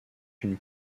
une